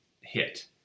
hit